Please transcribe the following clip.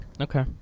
Okay